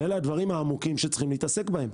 ואלה הדברים העמוקים שצריכים להתעסק בהם.